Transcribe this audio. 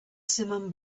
simum